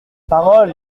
parole